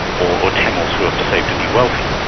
or tamils who are perceived to be wealthy.